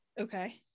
Okay